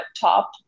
top